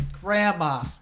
grandma